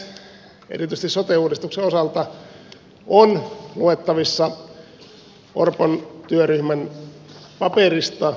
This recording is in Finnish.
hallituksen tavoitteet erityisesti sote uudistuksen osalta ovat luettavissa orpon työryhmän paperista